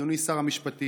אדוני שר המשפטים,